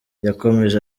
yakomeje